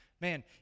man